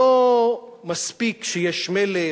לא מספיק שיש מלך,